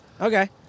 Okay